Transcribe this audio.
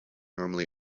normally